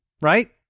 right